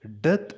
Death